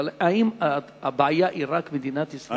אבל, האם הבעיה היא רק מדינת ישראל?